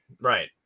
Right